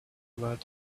about